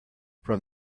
from